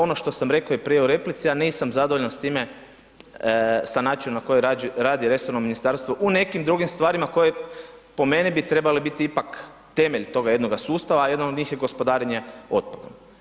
Ono što sam rekao i prije u replici a nisam zadovoljan s time, sa načinom na koje je radio resorno Ministarstvo u nekim drugim stvarima koje, po meni bi trebale biti ipak temelj toga jednoga sustava, a jedan od njih je gospodarenje otpadom.